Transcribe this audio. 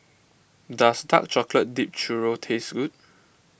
does Dark Chocolate Dipped Churro taste good